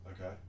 Okay